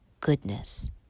goodness